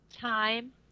time